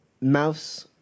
Mouse